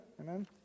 amen